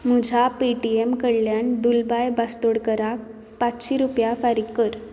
म्हझ्या Paytm कडल्यान दुलबाय बास्तोडकराक पांत्शी रुपया फारीक कर